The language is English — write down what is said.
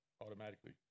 automatically